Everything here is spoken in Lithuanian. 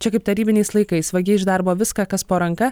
čia kaip tarybiniais laikais vagi iš darbo viską kas po ranka